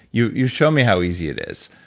you you show me how easy it is.